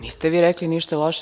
Niste vi rekli ništa loše.